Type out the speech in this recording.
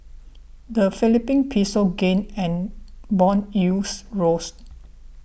the Philippine Peso gained and bond yields rose